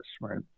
right